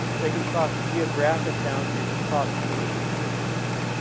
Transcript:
they can cross-geographic boundaries across communities for example.